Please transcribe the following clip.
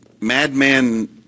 madman